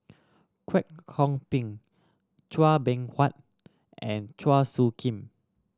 Kwek Kong Png Chua Beng Huat and Chua Soo Khim